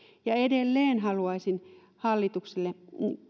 edelleen haluaisin hallitukselle